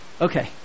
Okay